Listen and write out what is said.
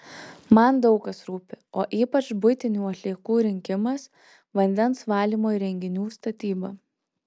man daug kas rūpi o ypač buitinių atliekų rinkimas vandens valymo įrenginių statyba